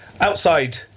Outside